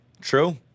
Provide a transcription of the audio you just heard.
True